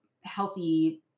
healthy